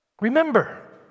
Remember